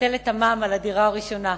לבטל את המע"מ על הדירה הראשונה.